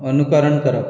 अनुकरण करप